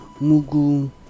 Mugu